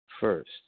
first